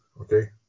okay